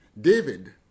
David